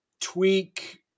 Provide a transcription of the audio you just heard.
tweak